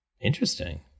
interesting